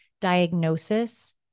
diagnosis